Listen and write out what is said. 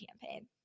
campaign